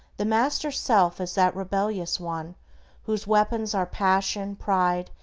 the master self is that rebellious one whose weapons are passion, pride,